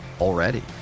already